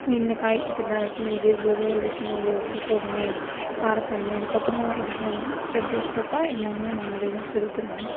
இந்த காய் இப்படிதான் வெட்டணும் இதை இவ்வளோ வேக வைக்கணும் இவ்வளோ உப்பு போடணும் காரம் போடணும் இதுக்கப்புறம் இது போடணுன்னு ஸ்டெப் பை ஸ்டெப்பாக எல்லாம் அவங்களேதான் சொல்லித்தருவாங்க